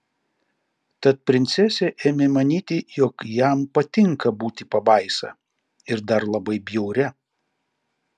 tad princesė ėmė manyti jog jam patinka būti pabaisa ir dar labai bjauria